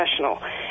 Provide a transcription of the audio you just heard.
professional